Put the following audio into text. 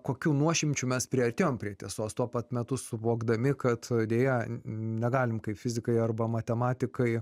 kokiu nuošimčiu mes priartėjom prie tiesos tuo pat metu suvokdami kad deja negalim kaip fizikai arba matematikai